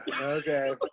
okay